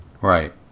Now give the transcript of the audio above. Right